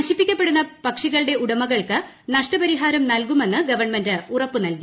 നശിപ്പിക്കപ്പെടുന്ന പക്ഷികളുടെ ഉടമകൾക്ക് നഷ്ടപരിഹാരം നൽകുമെന്ന് ഗവൺമെന്റ് ഉറപ്പു നൽകി